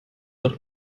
doch